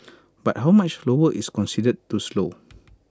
but how much lower is considered too slow